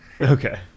Okay